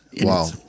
Wow